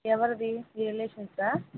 ఎవరిదీ రిలేషన్స్దా